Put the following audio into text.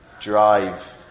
drive